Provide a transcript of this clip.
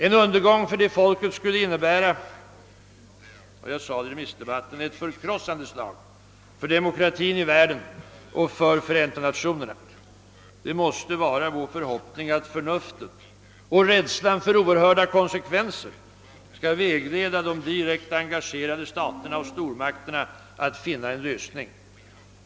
En undergång för detta folk skulle innebära — som jag uttryckte det i remissdebatten — ett förkrossande slag för demokratin i världen och för Förenta Nationerna. Det måste vara vår förhoppning att förnuftet och rädslan för oerhörda konsekvenser skall vägleda de direkt engagerade staterna och stormakterna att finna en lösning.